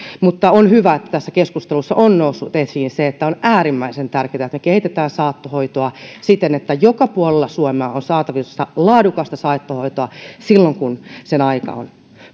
mutta on hyvä että tässä keskustelussa on noussut esiin se että on äärimmäisen tärkeää että me kehitämme saattohoitoa siten että joka puolella suomea on saatavissa laadukasta saattohoitoa silloin kun sen aika on